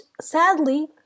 sadly